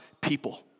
people